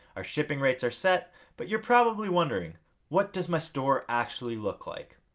our shipping rates are set but you're probably wondering what does my store actually look like?